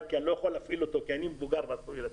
כי אני לא יכול להפעיל אותו כי אני מבוגר ואסור לי לצאת.